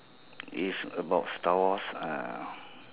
if about star wars uh